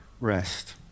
rest